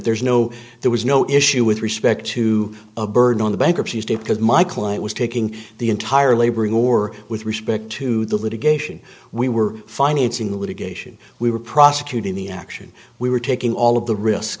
there is no there was no issue with respect to a bird on the bankruptcy estate because my client was taking the entire laboring war with respect to the litigation we were financing the litigation we were prosecuting the action we were taking all of the risk